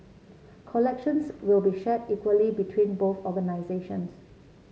collections will be shared equally between both organisations